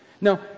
Now